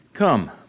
Come